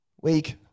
week